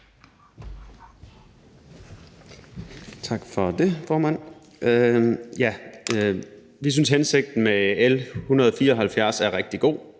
Tak for det, formand. Vi synes, at hensigten med L 174 er rigtig god.